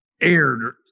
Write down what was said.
aired